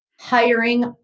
Hiring